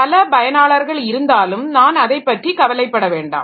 பல பயனாளர்கள் இருந்தாலும் நான் அதைப்பற்றி கவலைப்பட வேண்டாம்